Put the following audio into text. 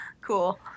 Cool